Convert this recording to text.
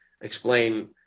explain